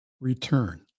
return